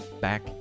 back